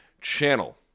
channel